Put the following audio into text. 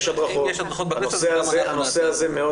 יש הדרכות, הנושא הזה מאוד